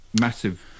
massive